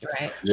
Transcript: right